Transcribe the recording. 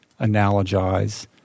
analogize